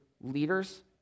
leaders